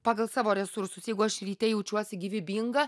pagal savo resursus jeigu aš ryte jaučiuosi gyvybinga